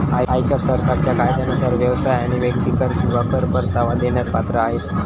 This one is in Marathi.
आयकर सरकारच्या कायद्यानुसार व्यवसाय आणि व्यक्ती कर किंवा कर परतावा देण्यास पात्र आहेत